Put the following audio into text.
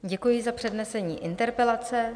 Děkuji za přednesení interpelace.